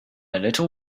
little